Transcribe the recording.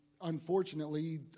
unfortunately